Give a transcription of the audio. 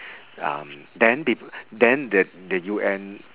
um then th~ then the the U_N